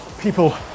people